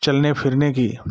चलने फिरने की